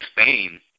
Spain